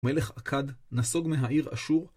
מלך עקד, נסוג מהעיר אשור,